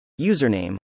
username